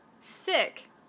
Sick